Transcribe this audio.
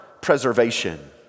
preservation